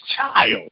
child